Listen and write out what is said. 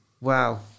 Wow